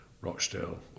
Rochdale